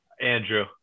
Andrew